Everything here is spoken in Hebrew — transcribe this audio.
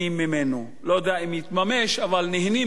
אני לא יודע אם הוא יתממש, אבל נהנים ודאי יש.